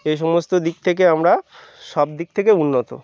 এই সমস্ত দিক থেকে আমরা সব দিক থেকে উন্নত